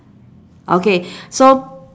okay so